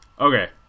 Okay